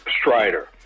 Strider